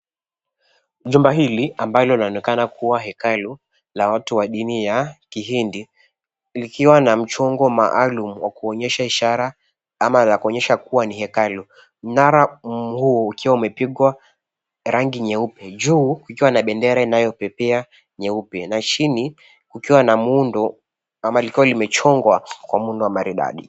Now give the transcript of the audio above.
Jumba hili ambalo linaonekana kuwa hekelu la watu wa dini ya kihindi, likiwa na mchongo maalum wa kuonyesha ishara ama la kuonyesha kuwa ni hekalu. Mnara huu ukiwa umepigwa rangi nyeupe, juu ikiwa na bendera inayopepea nyeupe na chini kukiwa na muundo ama likiwa limechongwa kwa muundo wa maridadi.